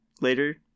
later